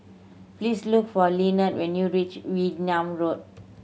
please look for Lynnette when you reach Wee Nam Road